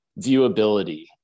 viewability